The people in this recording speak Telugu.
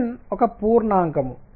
n ఒక పూర్ణాంకం